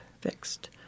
fixed